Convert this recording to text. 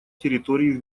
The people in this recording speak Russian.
территорий